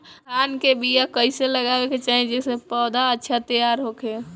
धान के बीया कइसे लगावे के चाही जेसे पौधा अच्छा तैयार होखे?